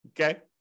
okay